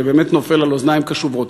וזה באמת נופל על אוזניים קשובות.